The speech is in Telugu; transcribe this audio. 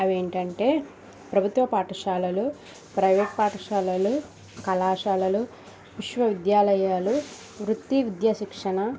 అవి ఏంటంటే ప్రభుత్వ పాఠశాలలు ప్రైవేట్ పాఠశాలలు కళాశాలలు విశ్వవిద్యాలయాలు వృత్తి విద్యా శిక్షణ